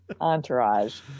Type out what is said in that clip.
entourage